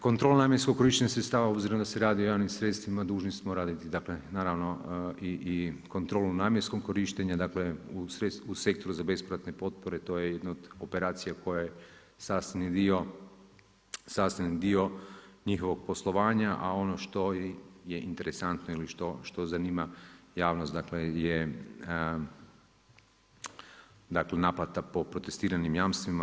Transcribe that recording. Kontrola namjenskog korištenja sredstava, obzirom da se radi o javnim sredstvima, dužni smo raditi, dakle naravno, i kontrolu namjenskog korištenja, u sektoru za bespovratne potpore, to je jedno od operacija koje je sastavni dio njihovog poslovanja, a ono što je interesantno ili što zanima javnost je naplata po protestiranim jamstvima.